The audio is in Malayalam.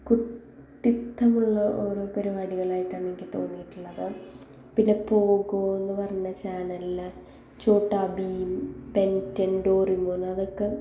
കുട്ടിത്തമുള്ള ഓരോ പരിപാടികളായിട്ടാണ് എനിക്ക് തോന്നിയിട്ടുള്ളത് പിന്നെ പോഗോ എന്ന് പറഞ്ഞ ചാനലിൽ Chhota Bheem Ben Ten Doraemon അതൊക്കെ